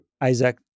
Isaac